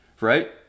right